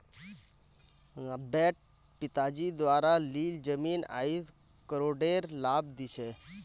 नब्बेट पिताजी द्वारा लील जमीन आईज करोडेर लाभ दी छ